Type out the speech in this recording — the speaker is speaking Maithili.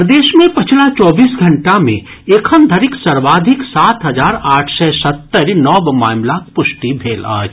प्रदेश मे पछिला चौबीस घंटा मे एखन धरि सर्वाधिक सात हजार आठ सय सत्तरि नव मामिलाक पुष्टि भेल अछि